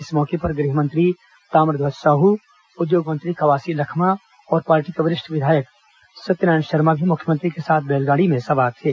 इस मौके पर गृह मंत्री ताम्रध्यज साहू उद्योग मंत्री कवासी लखमा और पार्टी के वरिष्ठ विधायक सत्यनारायण शर्मा भी मुख्यमंत्री के साथ बैलगाड़ी में सवार थे